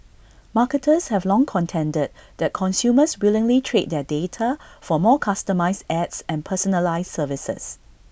marketers have long contended that consumers willingly trade their data for more customised ads and personalised services